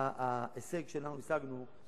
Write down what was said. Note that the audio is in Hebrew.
ההישג שאנחנו השגנו,